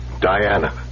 Diana